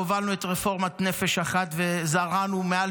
והובלנו את רפורמת נפש אחת וזרענו מעל